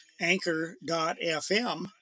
Anchor.fm